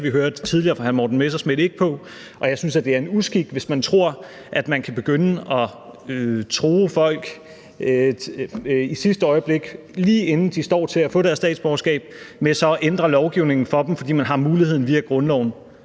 vi hørte tidligere fra hr. Morten Messerschmidt, ikke på. Og jeg synes, det er en uskik, hvis man tror, at man kan begynde at true folk i sidste øjeblik, lige inden de står til at få deres statsborgerskab, med så at ændre lovgivningen for dem, fordi man har muligheden via grundloven.